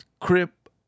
crip